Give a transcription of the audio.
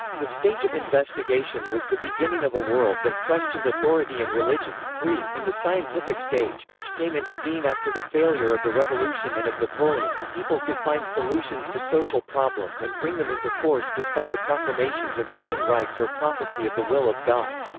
the stage of investigation was the beginning of a world that questioned authority and religion. in the scientific stage, which came into being after the failure of the revolution and of napoleon, people could find solutions to social problems and bring them into force despite the proclamations of human rights or prophecy of the will of god.